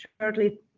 shortly